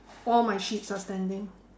all my sheeps are standing